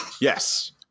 Yes